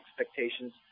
expectations